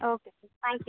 okay sir thank you